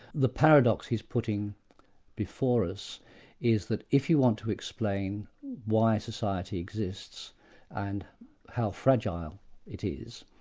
the paradox he's putting before us is that if you want to explain why society exists and how fragile it is,